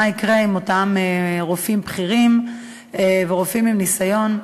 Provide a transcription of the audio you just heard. מה יקרה עם אותם רופאים בכירים ורופאים עם ניסיון.